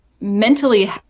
mentally